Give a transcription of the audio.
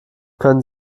können